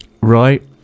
Right